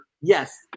Yes